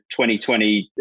2020